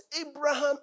Abraham